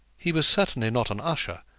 he was certainly not an usher,